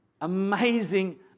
amazing